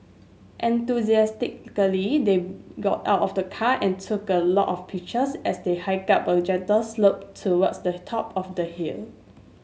enthusiastically they got out of the car and took a lot of pictures as they hiked up a gentle slope towards the top of the hill